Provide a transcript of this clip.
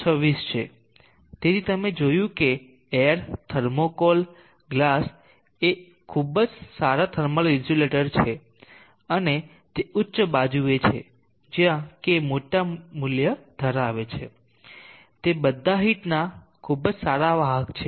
026 છે તેથી તમે જોયું કે એર થર્મોકોલ ગ્લાસ એ ખૂબ જ સારા થર્મલ ઇન્સ્યુલેટર છે અને તે ઉચ્ચ બાજુએ છે જ્યાં k મોટા મૂલ્ય ધરાવે છે તે બધા હીટના ખૂબ જ સારા વાહક છે